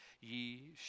ye